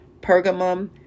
Pergamum